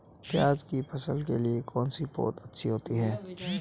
प्याज़ की फसल के लिए कौनसी पौद अच्छी होती है?